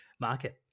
market